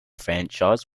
franchise